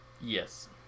Yes